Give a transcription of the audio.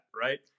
right